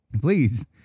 please